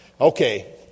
Okay